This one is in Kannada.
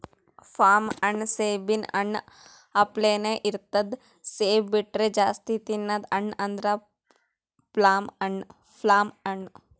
ಪ್ಲಮ್ ಹಣ್ಣ್ ಸೇಬಿನ್ ಹಣ್ಣ ಅಪ್ಲೆನೇ ಇರ್ತದ್ ಸೇಬ್ ಬಿಟ್ರ್ ಜಾಸ್ತಿ ತಿನದ್ ಹಣ್ಣ್ ಅಂದ್ರ ಪ್ಲಮ್ ಹಣ್ಣ್